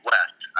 West